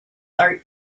are